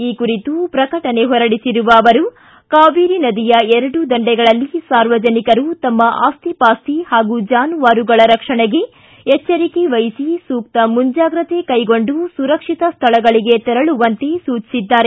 ಈ ಕುರಿತು ಪ್ರಕಟಣೆ ಹೊರಡಿಸಿರುವ ಅವರು ಕಾವೇರಿ ನದಿಯ ಎರಡೂ ದಂಡೆಗಳಲ್ಲಿ ಸಾರ್ವಜನಿಕರು ತಮ್ಮ ಆಸ್ತಿ ಪಾಸ್ತಿ ಹಾಗೂ ಜಾನುವಾರುಗಳ ರಕ್ಷಣೆಗೆ ಎಚ್ವರಿಕೆ ವಹಿಸಿ ಸೂಕ್ತ ಮುಂಜಾಗ್ರತೆ ಕೈಗೊಂಡು ಸುರಕ್ಷಿತ ಸ್ಥಳಗಳಿಗೆ ತೆರಳಲು ಸೂಚಿಸಿದ್ದಾರೆ